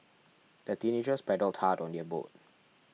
the teenagers paddled hard on their boat